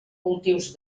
cultius